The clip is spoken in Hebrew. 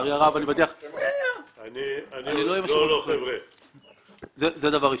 זה דבר ראשון.